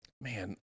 Man